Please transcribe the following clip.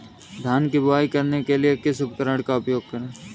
धान की बुवाई करने के लिए किस उपकरण का उपयोग करें?